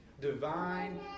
divine